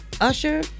usher